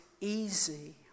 easy